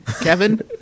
Kevin